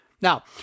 Now